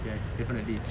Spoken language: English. yes definitely